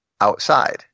outside